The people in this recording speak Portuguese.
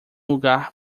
lugar